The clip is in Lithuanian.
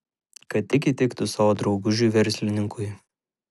kad tik įtiktų savo draugužiui verslininkui